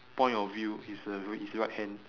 point of view is a is a right hand